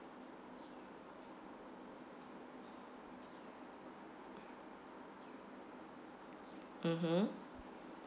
mmhmm